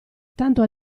tanto